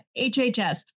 HHS